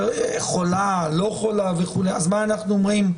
חולה או לא חולה, אז מה אנחנו אומרים?